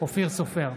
אופיר סופר,